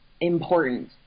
important